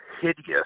hideous